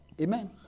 Amen